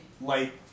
light